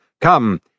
Come